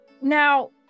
Now